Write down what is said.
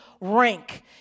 rank